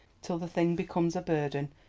till the thing becomes a burden,